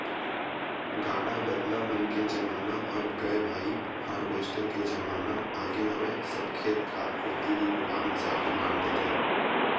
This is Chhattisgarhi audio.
गाड़ा बदला मन के जमाना अब गय भाई हारवेस्टर के जमाना आगे हवय सब खेत खार कोती ही लुवा मिसा के लान देथे